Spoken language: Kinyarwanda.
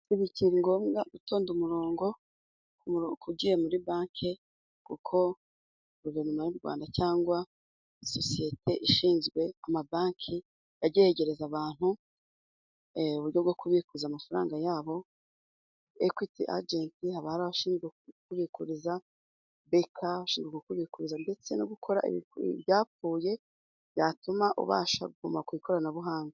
Nti bikiri ngombwa gutonda umurongo ugiye muri banke kuko guverinoma y'u Rwanda cyangwa sosiyete ishinzwe amabanki yageragereza abantu a uburyo bwo kubikuza amafaranga yabo. Ekwiti agenti haba hari ashinzwe kukubikuriza, BEKA abashinzwe kukubikuriza, ndetse no gukora ibyapfuye byatuma ubasha kuguma ku ikoranabuhanga.